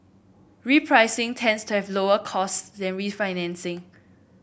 repricing tends to have lower cost than refinancing